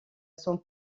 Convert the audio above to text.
sont